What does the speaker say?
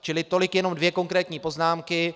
Čili tolik jen dvě konkrétní poznámky.